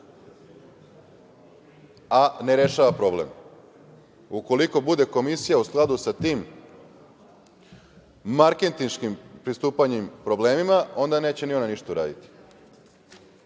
a ne rešava problem. Ukoliko bude komisija u skladu sa tim marketinškim pristupila problemima, onda neće ni ona ništa uraditi.